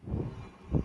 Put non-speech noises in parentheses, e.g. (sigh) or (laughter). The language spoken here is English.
(breath)